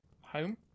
home